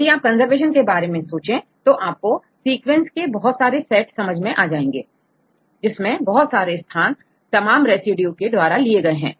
यदि आप कंजर्वेशन के बारे में सोचें तो आपको सीक्वेंसेस के बहुत सारे सेट समझ में आएंगे जिसमें बहुत सारे स्थान तमाम रेसिड्यू के द्वारा लिए गए हैं